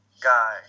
guy